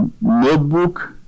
Notebook